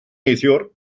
neithiwr